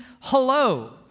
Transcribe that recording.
hello